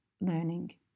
learning